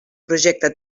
projecte